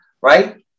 Right